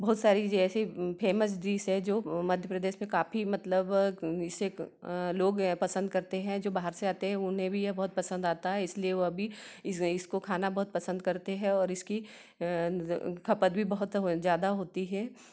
बहुत सारी जैसी फेमस डिश है जो मध्य प्रदेश में काफी मतलब इसे लोग पसंद करते हैं जो बाहर से आते हैं उन्हें भी यह बहुत पसंद आता है इसलिए वह भी इसको खाना बहुत पसंद करते हैं और इसकी खपत भी बहुत ज्यादा होती है